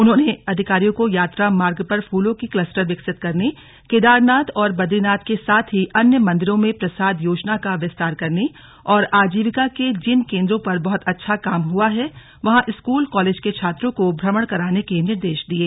उन्होंने अधिकारियों को यात्रा मार्ग पर फूलों के क्लस्टर विकसित करने केदारनाथ और बद्रीनाथ के साथ ही अन्य मंदिरों में प्रसाद योजना का विस्तार करने और आजीविका के जिन केंद्रों पर बहुत अच्छा काम हुआ है वहां स्कूल कॉलेज के छात्रों को भ्रमण कराने के निर्देश दिये